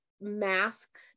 mask